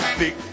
big